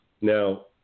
Now